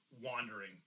wandering